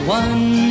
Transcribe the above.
one